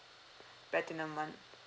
platinum one